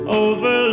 over